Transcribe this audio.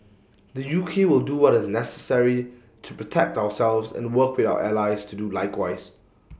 the U K will do what is necessary to protect ourselves and work with our allies to do likewise